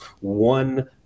one